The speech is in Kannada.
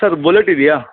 ಸರ್ ಬುಲೆಟ್ ಇದೆಯಾ